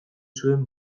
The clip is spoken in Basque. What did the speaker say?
zuen